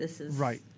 Right